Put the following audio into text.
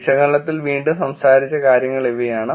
വിശകലനത്തിൽ വീണ്ടും സംസാരിച്ച കാര്യങ്ങൾ ഇവയാണ്